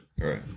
Right